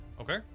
okay